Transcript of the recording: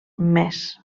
més